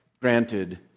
granted